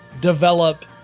develop